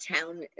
town